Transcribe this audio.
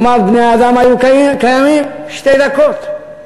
בני-האדם היו קיימים שתי דקות.